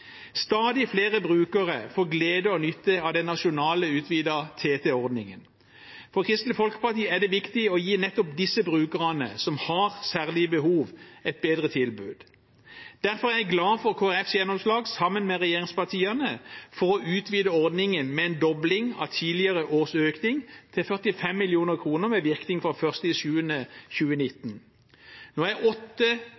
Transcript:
Stadig flere brukere får glede og nytte av den nasjonale, utvidede TT-ordningen. For Kristelig Folkeparti er det viktig å gi nettopp disse brukerne som har særlige behov, et bedre tilbud. Derfor er jeg glad for Kristelig Folkepartis gjennomslag – sammen med regjeringspartiene – for å utvide ordningen, med en dobling av tidligere års økning, til 45 mill. kr med virkning fra